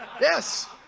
Yes